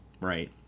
right